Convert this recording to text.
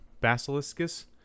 Basiliscus